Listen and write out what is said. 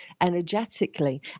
energetically